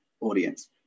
audience